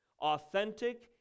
authentic